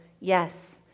yes